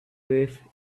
with